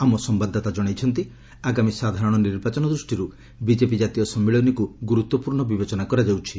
ଆମ ସମ୍ଘାଦଦାତା ଜଣାଇଛନ୍ତି ଆଗାମୀ ସାଧାରଣ ନିର୍ବାଚନ ଦୃଷ୍ଟିରୁ ବିଜେପି ଜାତୀୟ ସମ୍ମିଳନୀକୁ ଗୁରୁତ୍ୱପୂର୍ଣ୍ଣ ବିବେଚନା କରାଯାଉଛି